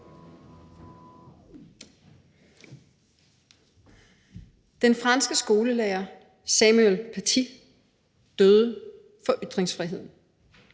Den franske skolelærer Samuel Paty døde for ytringsfriheden.